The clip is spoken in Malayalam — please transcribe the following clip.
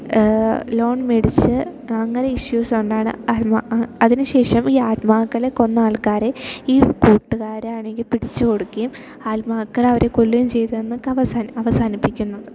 ലോൺ മേടിച്ചു അങ്ങനെ ഇഷ്യൂസ് കൊണ്ടാണ് അതിനു ശേഷം ഈ ആത്മാക്കളെ കൊന്ന ആൾക്കാരെ ഈ കൂട്ടുകാരാണെങ്കിൽ പിടിച്ചു കൊടുക്കുകയും ആത്മാക്കൾ അവരെ കൊല്ലുകയും ചെയ്തെന്ന് അവസാനിപ്പിക്കുന്നു